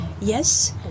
Yes